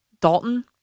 Dalton